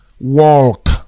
Walk